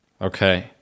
Okay